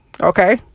Okay